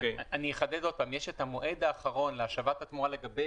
יש את המועד האחרון להשבת התמורה לגבי